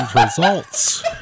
results